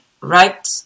right